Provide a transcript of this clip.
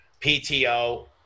PTO